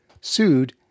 sued